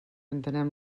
entenem